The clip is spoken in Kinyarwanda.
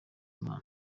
imana